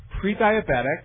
pre-diabetic